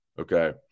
Okay